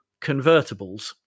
convertibles